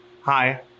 Hi